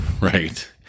Right